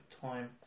time